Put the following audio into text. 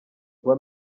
kuba